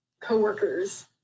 coworkers